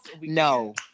No